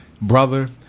brother